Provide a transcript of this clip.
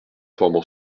forment